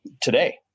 today